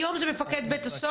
היום זה מפקד בית הסוהר?